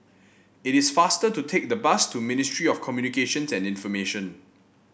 it is faster to take the bus to Ministry of Communications and Information